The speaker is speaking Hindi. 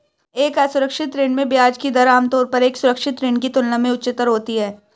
एक असुरक्षित ऋण में ब्याज की दर आमतौर पर एक सुरक्षित ऋण की तुलना में उच्चतर होती है?